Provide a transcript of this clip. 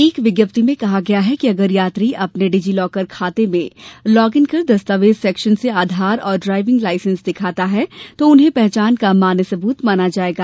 एक विज्ञप्ति में कहा गया है कि अगर यात्री अपने डिजी लॉकर खाते में लॉग इन कर दस्तावेज सेक्शन से आधार और ड्राइविंग लाईसेंस दिखाता है तो उन्हें पहचान का मान्य सबूत माना जाएगा